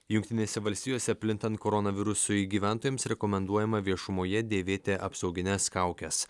jungtinėse valstijose plintant koronavirusui gyventojams rekomenduojama viešumoje dėvėti apsaugines kaukes